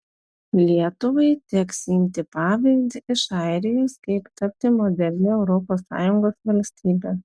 lietuvai teks imti pavyzdį iš airijos kaip tapti modernia europos sąjungos valstybe